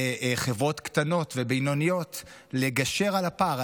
לחברות קטנות ובינוניות לגשר על הפער,